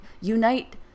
Unite